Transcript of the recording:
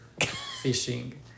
fishing